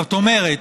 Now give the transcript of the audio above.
זאת אומרת,